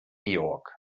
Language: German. georg